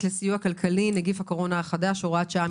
לסיוע כלכלי (נגיף הקורונה החדש) (הוראת שעה)